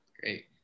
Great